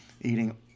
eating